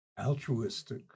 altruistic